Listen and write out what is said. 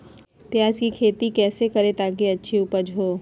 प्याज की खेती कैसे करें ताकि अच्छी उपज हो?